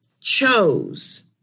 chose